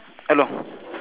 hello